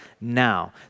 now